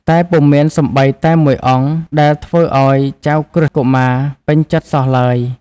តែពុំមានសូម្បីតែមួយអង្គដែលធ្វើឱ្យចៅក្រឹស្នកុមារពេញចិត្តសោះឡើយ។